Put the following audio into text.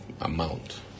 amount